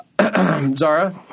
Zara